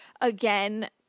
again